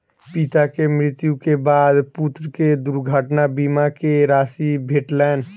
पिता के मृत्यु के बाद पुत्र के दुर्घटना बीमा के राशि भेटलैन